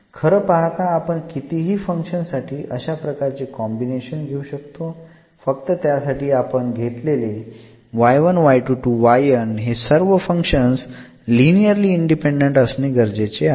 खरं पाहता आपण कितीही फंक्शन्स साठी अशा प्रकारचे कॉम्बिनेशन घेऊ शकतो फक्त त्यासाठी आपण घेतलेले हे सर्व फंक्शन्स लिनिअरली इंडिपेंडंट असणे गरजेचे आहे